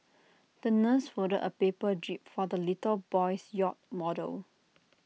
the nurse folded A paper jib for the little boy's yacht model